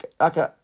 okay